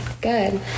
good